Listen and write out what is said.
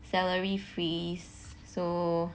salary freeze so